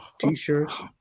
t-shirts